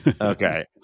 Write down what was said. Okay